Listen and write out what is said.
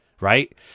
right